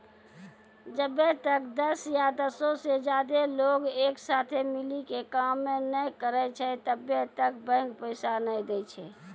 जब्बै तक दस या दसो से ज्यादे लोग एक साथे मिली के काम नै करै छै तब्बै तक बैंक पैसा नै दै छै